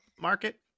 market